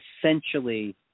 essentially